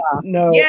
no